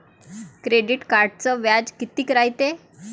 Credit कार्डचं व्याज कितीक रायते?